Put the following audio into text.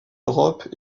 europe